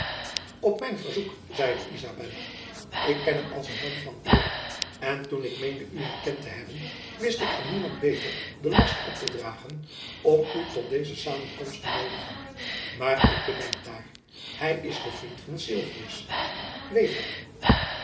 op mijn verzoek zeide izabella ik ken hem als een man van eer en toen ik meende u herkend te hebjacob van lennep elizabeth musch ben wist ik aan niemand beter den last op te dragen om u tot deze samenkomst te noodigen maar ik bedenk daar hy is de vriend van sylvius weet hy